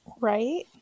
right